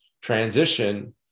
transition